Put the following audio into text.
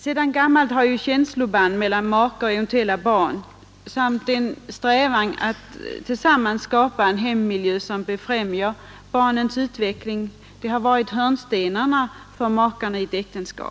Sedan gammalt har känsloband mellan makar och eventuella barn samt strävan att skapa en hemmiljö som befrämjar barnens utveckling varit hörnstenarna för makarna i ett äktenskap.